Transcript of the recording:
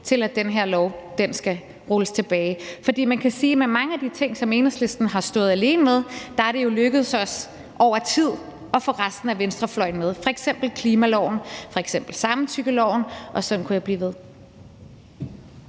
til, at den her lov skal rulles tilbage. For man kan sige, at med mange af de ting, som Enhedslisten har stået alene med, er det jo lykkedes os over tid at få resten af venstrefløjen med, f.eks. klimaloven og samtykkeloven, og sådan kunne jeg blive ved.